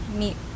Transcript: meet